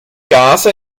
gase